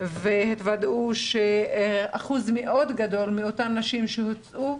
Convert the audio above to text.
- התברר שאחוז מאוד גדול מאותן נשים שהוצאו,